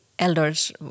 Elders